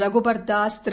Raghubar Das Thiru